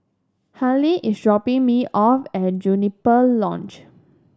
Hallie is dropping me off at Juniper Lodge